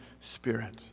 spirit